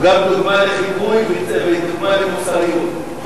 הוא גם דוגמה לחיקוי ודוגמה למוסריות,